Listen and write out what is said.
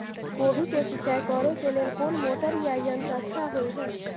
कोबी के सिंचाई करे के लेल कोन मोटर या यंत्र अच्छा होय है?